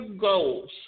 goals